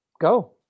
Go